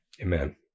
Amen